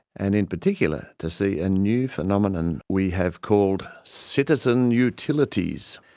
and in particular, to see a new phenomenon we have called citizen utilities.